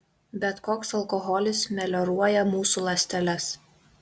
bet koks alkoholis melioruoja mūsų ląsteles